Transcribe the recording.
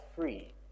free